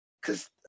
Cause